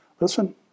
listen